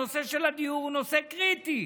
הנושא של הדיור הוא נושא קריטי,